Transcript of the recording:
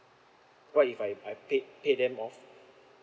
what if I I paid paid them off